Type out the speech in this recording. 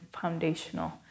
foundational